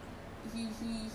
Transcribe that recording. then